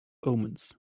omens